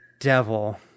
devil